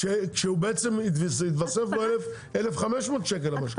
כשהוא בעצם התווסף לו 1,500 שקלים למשכנתה.